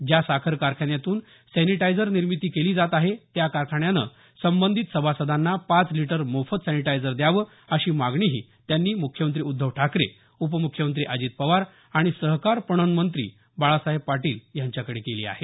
ज्या साखर कारखान्यातून सॅनिटायझर निर्मिती केली जात आहे त्या कारखान्याने संबंधित सभासदांना पाच लिटर मोफत सॅनिटायझर द्याव अशी मागणीही त्यांनी मुख्यमंत्री उद्धव ठाकरे उपमुख्यमंत्री अजित पवार आणि सहकार पणनमंत्री बाळासाहेब पाटील यांच्याकडे केली आहे